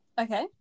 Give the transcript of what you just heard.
Okay